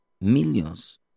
millions